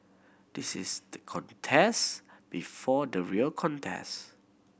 this is the contest before the real contest